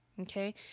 Okay